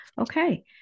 Okay